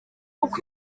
uko